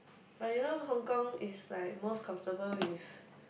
but you know Hong Kong is like most comfortable with